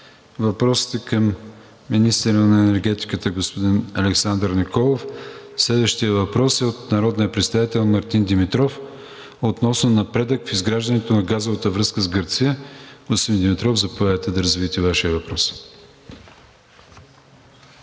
въпросите към министъра на енергетиката господин Александър Николов. Следващият въпрос е от народния представител Мартин Димитров относно напредък в изграждането на газовата връзка с Гърция. Господин Димитров, заповядайте да развиете Вашия въпрос.